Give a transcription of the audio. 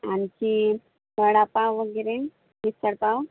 आणखी वडापाव वगैरे मिसळ पाव